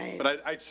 but i too,